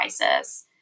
crisis